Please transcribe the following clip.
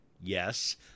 Yes